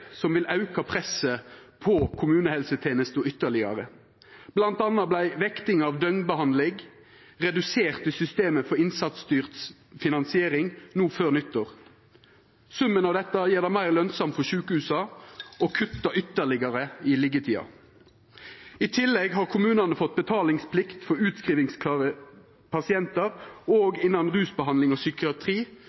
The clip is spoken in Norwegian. som vil auka presset på kommunehelsetenesta ytterlegare. Blant anna vart vekting av døgnbehandling redusert i systemet for innsatsstyrt finansiering no før nyttår. Summen av dette gjer det meir lønsamt for sjukehusa å kutta ytterlegare i liggjetida. I tillegg har kommunane fått betalingsplikt for utskrivingsklare pasientar, òg innan rusbehandling og psykiatri,